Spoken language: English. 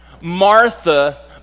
Martha